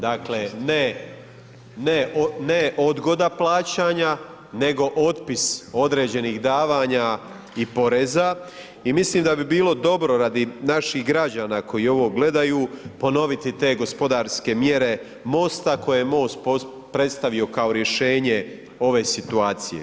Dakle, ne, ne, ne odgoda plaćanja, nego otpis određenih davanja i poreza i mislim da bi bilo dobro radi naših građana koji ovo gledaju, ponoviti te gospodarske mjere MOST-a, koje je MOST predstavio kao rješenje ove situacije.